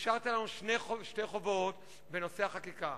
השארת לנו שני חובות בנושא החקיקה: